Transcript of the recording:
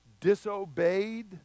disobeyed